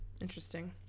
Interesting